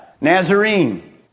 Nazarene